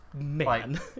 man